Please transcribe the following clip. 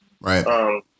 Right